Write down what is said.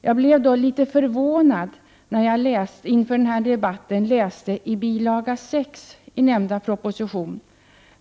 Jag blev dock litet förvånad när jag inför den här debatten läste i bil. 6 till nämnda proposition.